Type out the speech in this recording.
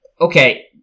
Okay